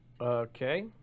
Okay